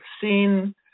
seen